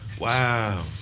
Wow